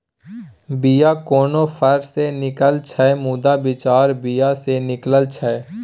बीया कोनो फर सँ निकलै छै मुदा बिचरा बीया सँ निकलै छै